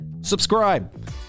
subscribe